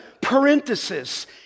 parenthesis